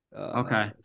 Okay